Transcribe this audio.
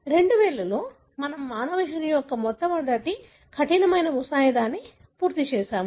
2000 లో మనము మానవ జన్యువు యొక్క మొట్టమొదటి కఠినమైన ముసాయిదాను పూర్తి చేసాము